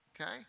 okay